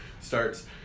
starts